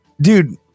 Dude